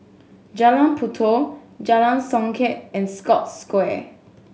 Jalan Puyoh Jalan Songket and Scotts Square